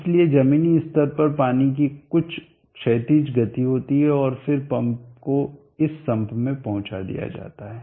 इसलिए जमीनी स्तर पर पानी की कुछ क्षैतिज गति होती है और फिर पंप को इस सम्प में पहुँचा दिया जाता है